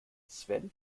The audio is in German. sven